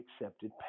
accepted